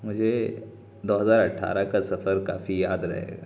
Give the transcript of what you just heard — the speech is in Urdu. مجھے دو ہزار اٹھارہ کا سفر کافی یاد رہے گا